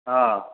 ହଁ